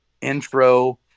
intro